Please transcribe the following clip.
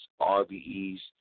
RBE's